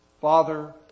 Father